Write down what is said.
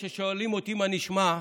כששואלים אותי מה נשמע,